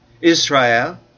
Israel